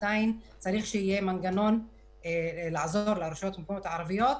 עדיין צריך שיהיה מנגנון לעזור לרשויות המקומיות הערביות